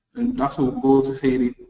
that's ah a both fairly